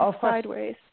sideways